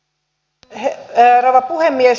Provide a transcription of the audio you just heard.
arvoisa rouva puhemies